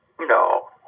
No